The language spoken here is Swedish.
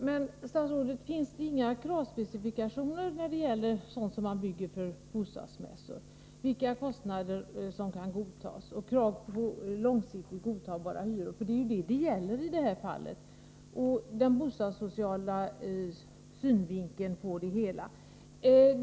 Herr talman! Men, statsrådet Gustafsson, finns det ingen kravspecifikation när det gäller sådant som man bygger för bostadsmässor — exempelvis krav beträffande kostnader och krav på långsiktigt godtagbara hyror? Det är ju vad det gäller i detta fall — att det hela skall ses ur bostadssocial synvinkel.